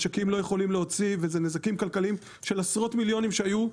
משקים לא יכולים להוציא וזה נזקים כלכליים של עשרות מיליונים שהיו,